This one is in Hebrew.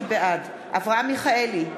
בעד אברהם מיכאלי,